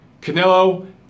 Canelo